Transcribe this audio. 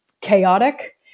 chaotic